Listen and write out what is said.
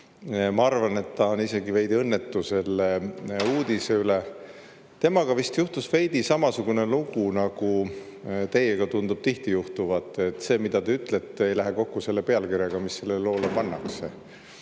Ma arvan, et ta on ise ka veidi õnnetu selle uudise üle. Temaga vist juhtus samasugune lugu, nagu teiega tundub tihti juhtuvat, et see, mida te ütlete, ei lähe kokku pealkirjaga, mis loole pannakse.